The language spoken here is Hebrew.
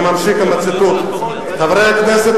אני ממשיך בציטוט: "חברי הכנסת,